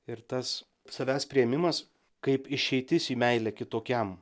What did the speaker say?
ir tas savęs priėmimas kaip išeitis į meilę kitokiam